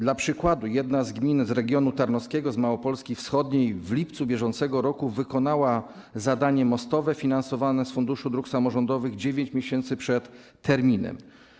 Dla przykładu jedna z gmin z regionu tarnowskiego z Małopolski wschodniej w lipcu br. wykonała zadanie mostowe finansowane z Funduszu Dróg Samorządowych 9 miesięcy przed terminem.